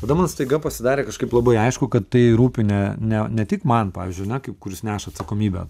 tada man staiga pasidarė kažkaip labai aišku kad tai rūpi ne ne ne tik man pavyzdžiui ane kaip kuris neša atsakomybę